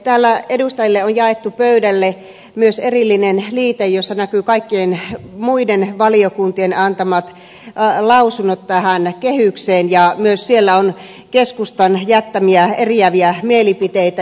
täällä edustajille on jaettu pöydälle myös erillinen liite jossa näkyy kaikkien muiden valiokuntien antamat lausunnot tähän kehykseen ja myös siellä on keskustan jättämiä eriäviä mielipiteitä